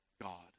God